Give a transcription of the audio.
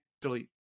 Delete